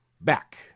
back